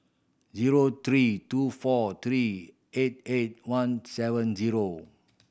zero three two four three eight eight one seven zero